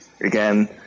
again